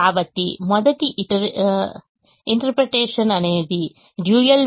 కాబట్టి మొదటి ఇంటర్ప్రిటేషన్ అనేది డ్యూయల్